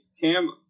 Cam